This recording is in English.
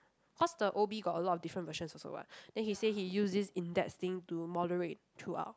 cause the O_B got a lot of different versions also [what] then he say he used this index thing to moderate throughout